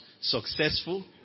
successful